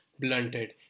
blunted